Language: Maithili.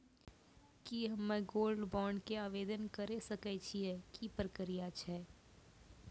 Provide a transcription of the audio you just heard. की हम्मय गोल्ड बॉन्ड के आवदेन करे सकय छियै, की प्रक्रिया छै?